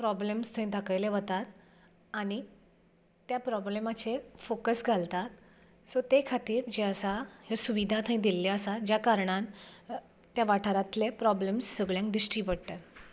problems थंय दाखयल्लें वतात आनी त्या प्रॉब्लेमाचेर फोकस घालतात सो ते खातीर जे आसा ह्यो सुविधा थंय दिल्ले आसा ज्या कारणान त्या वाठारांतले प्रोबलेम्स सगळ्यांक दिश्टी पडटात